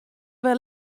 wer